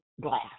glass